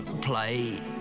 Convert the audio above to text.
play